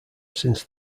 since